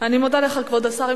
אני מודה לך, כבוד השר.